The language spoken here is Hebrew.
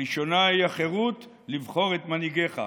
הראשונה היא החירות לבחור את מנהיגיך.